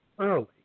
early